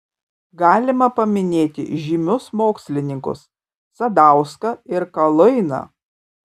galima paminėti žymius mokslininkus sadauską ir kaluiną